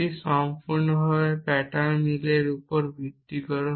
এটি সম্পূর্ণরূপে প্যাটার্ন মিলের উপর ভিত্তি করে